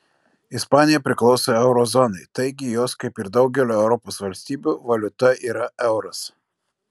ispanija priklauso euro zonai taigi jos kaip ir daugelio europos valstybių valiuta yra euras